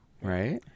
Right